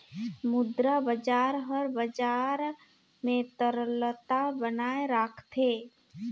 मुद्रा बजार हर बजार में तरलता बनाए राखथे